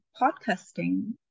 podcasting